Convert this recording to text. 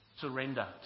Surrender